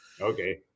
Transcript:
Okay